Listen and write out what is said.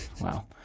wow